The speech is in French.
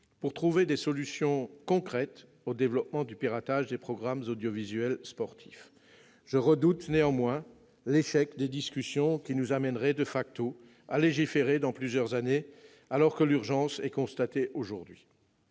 pour trouver des solutions concrètes au développement du piratage des programmes audiovisuels sportifs. Je redoute néanmoins l'échec des discussions, qui nous amènerait à légiférer dans plusieurs années, alors que l'urgence est constatée aujourd'hui.